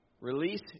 Release